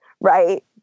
right